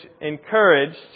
encouraged